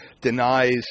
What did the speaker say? denies